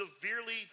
severely